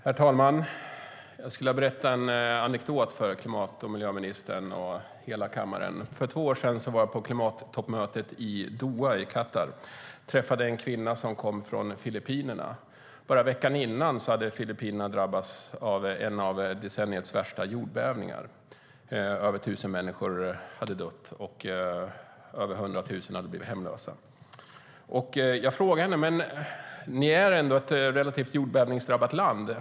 Herr talman! Jag skulle vilja berätta en anekdot för klimat och miljöministern och hela kammaren. För två år sedan var jag på klimattoppmötet i Doha i Qatar. Där träffade jag en kvinna som kom från Filippinerna. Bara veckan innan hade Filippinerna drabbats av en av decenniets värsta jordbävningar, där över 1 000 människor hade dött och över 100 000 blivit hemlösa. Jag frågade henne: Ni är ändå ett relativt jordbävningsdrabbat land.